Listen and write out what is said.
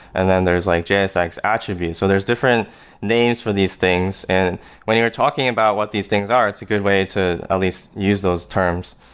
and then there's like jsx attribute. so there's different names for these things. and when you're talking about what these things are, it's a good way to at least use those terms.